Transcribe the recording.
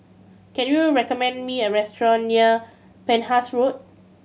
can you recommend me a restaurant near Penhas Road